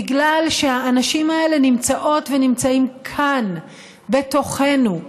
בגלל שהאנשים האלה נמצאות ונמצאים כאן בתוכנו,